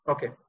Okay